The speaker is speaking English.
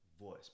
voice